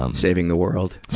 um saving the world.